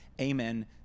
Amen